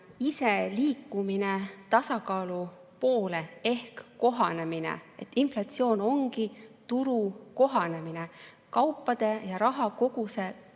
iseliikumine tasakaalu poole ehk kohanemine. Inflatsioon ongi turu kohanemine, kaupade ja raha koguse kohanemine